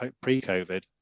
pre-COVID